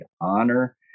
honor